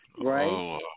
Right